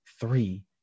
three